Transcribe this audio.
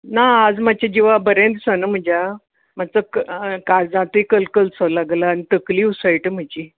ना आज मातशें जिवाक बरें दिसना म्हज्या मात्सो काळजांतूय कलकलसो लागला आनी तकलीय उसळटा म्हजी